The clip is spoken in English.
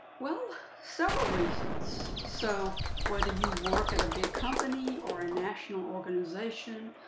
well, several reasons. so whether you work at a big company, or a national organization,